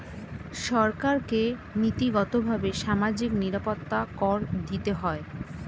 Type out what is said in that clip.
সরকারকে নীতিগতভাবে সামাজিক নিরাপত্তা কর দিতে হয়